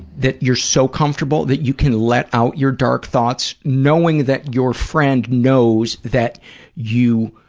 that you're so comfortable that you can let out your dark thoughts, knowing that your friend knows that you,